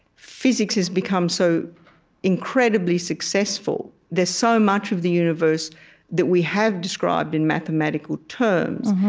physics has become so incredibly successful. there's so much of the universe that we have described in mathematical terms.